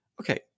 Okay